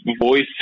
voice